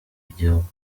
igihugu